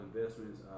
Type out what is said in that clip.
Investments